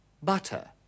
butter